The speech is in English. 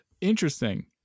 Interesting